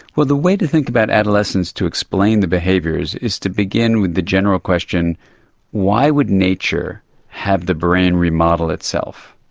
well, the way to think about adolescence to explain the behaviours is to begin with the general question why would nature have the brain remodel itself?